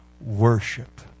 worship